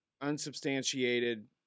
unsubstantiated